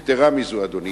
יתירה מזו, אדוני,